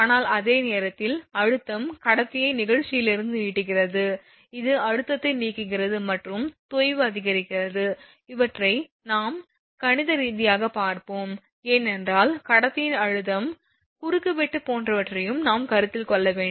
ஆனால் அதே நேரத்தில் அழுத்தம் கடத்தியை நெகிழ்ச்சியிலிருந்து நீட்டுகிறது இது அழுத்தத்தை நீக்குகிறது மற்றும் தொய்வு அதிகரிக்கிறது இவற்றை பின்னர் நாம் கணித ரீதியாகப் பார்ப்போம் ஏனென்றால் கடத்தியின் அழுத்தம் குறுக்கு வெட்டு போன்றவற்றையும் நாம் கருத்தில் கொள்ள வேண்டும்